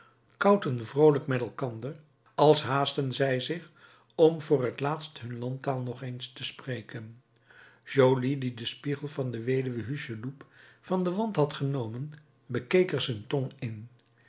aix koutten vroolijk met elkander als haastten zij zich om voor het laatst hun landtaal nog eens te spreken joly die den spiegel van de weduwe hucheloup van den wand had genomen bekeek er zijn tong in